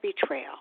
betrayal